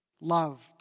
loved